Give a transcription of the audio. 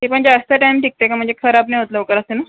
ते पण जास्त टाईम टिकते का म्हणजे खराब नाही होत लवकर असं ना